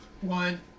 One